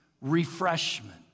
refreshment